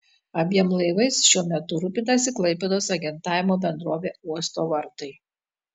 abiem laivais šiuo metu rūpinasi klaipėdos agentavimo bendrovė uosto vartai